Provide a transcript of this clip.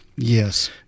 Yes